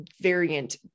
variant